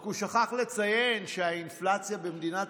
רק שהוא שכח לציין שהאינפלציה במדינת